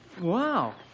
Wow